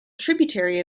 tributary